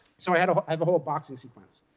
so i have a whole boxing sequence.